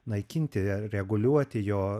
naikinti ar reguliuoti jo